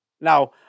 Now